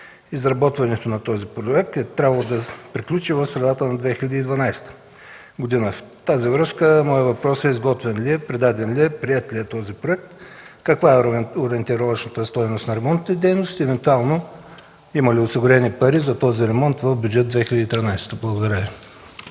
изработването на този проект е трябвало да приключи в средата на 2012 г. В тази връзка моят въпрос е: изготвен ли е, предаден ли е, приет ли е този проект? Каква е ориентировъчната стойност на ремонтните дейности и евентуално има ли осигурени пари за този ремонт в Бюджет 2013?